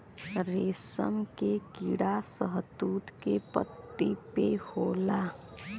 रेशम के कीड़ा शहतूत के पत्ती पे होला